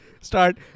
Start